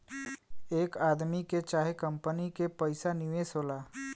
एक आदमी के चाहे कंपनी के पइसा निवेश होला